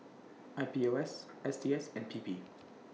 I P O S S T S and P P